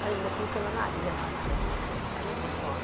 அது இந்த சீசன்லலாம் அதிகமாக இருக்கும் அதையும் கொடுத்துருவோம்